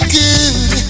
good